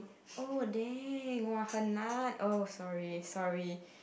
oh dang [wah] hen nan oh sorry sorry